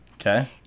Okay